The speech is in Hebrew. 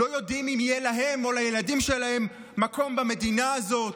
לא יודעים אם יהיה להם או לילדים שלהם מקום במדינה הזאת?